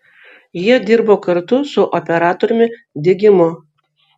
jie dirbo kartu su operatoriumi digimu